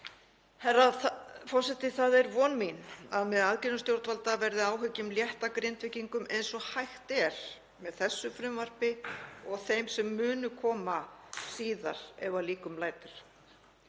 Herra forseti. Það er von mín að með aðgerðum stjórnvalda verði áhyggjum létt af Grindvíkingum eins og hægt er með þessu frumvarpi og þeim sem munu koma síðar ef að líkum lætur.